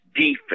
defense